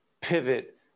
pivot